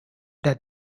that